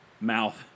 Mouth